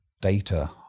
data